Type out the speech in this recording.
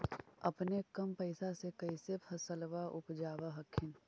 अपने कम पैसा से कैसे फसलबा उपजाब हखिन?